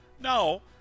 No